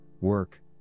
work